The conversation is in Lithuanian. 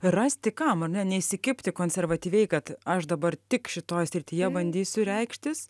rasti kam ar ne neįsikibti konservatyviai kad aš dabar tik šitoj srityje bandysiu reikštis